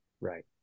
Right